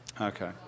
Okay